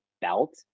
belt